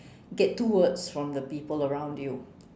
get two words from the people around you